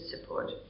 support